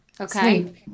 Okay